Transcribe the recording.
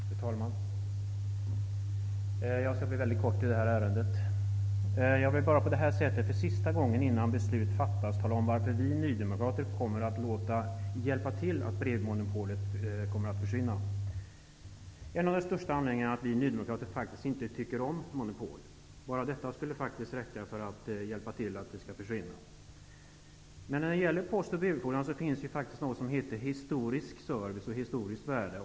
Fru talman! Jag skall bli mycket kortfattad i detta ärende. Jag vill bara på det här sättet för sista gången innan beslut fattas tala om varför vi nydemokrater kommer att hjälpa till med att brevmonopolet avskaffas. En av de största anledningarna till det är att vi nydemokrater faktiskt inte tycker om monopol. Bara detta skulle faktiskt vara tillräckligt för att vi skall hjälpa till med dess avskaffande. Men när det gäller post och brevbefordran finns det också något som kallas historisk service och historiskt värde.